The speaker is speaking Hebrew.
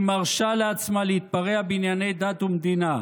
היא מרשה לעצמה להתפרע בענייני דת ומדינה.